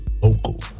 Local